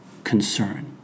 concern